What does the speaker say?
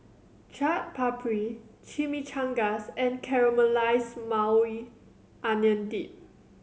Chaat Papri Chimichangas and Caramelized Maui Onion Dip